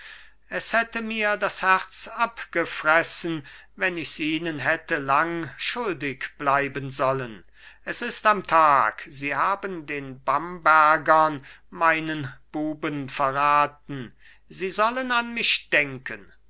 es hätte mir das herz abgefressen wenn ich's ihnen hätte lang schuldig bleiben sollen es ist am tag sie haben den bambergern meinen buben verraten sie sollen an mich denken